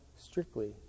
strictly